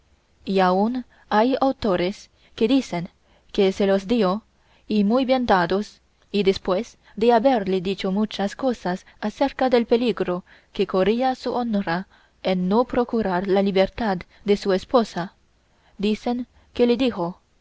y aun hay autores que dicen que se los dio y muy bien dados y después de haberle dicho muchas cosas acerca del peligro que corría su honra en no procurar la libertad de su esposa dicen que le dijo